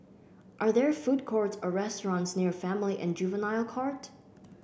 are there food courts or restaurants near Family and Juvenile Court